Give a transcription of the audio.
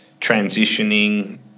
transitioning